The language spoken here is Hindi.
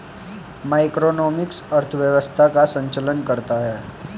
मैक्रोइकॉनॉमिक्स अर्थव्यवस्था का संचालन करता है